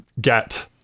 get